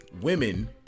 women